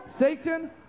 Satan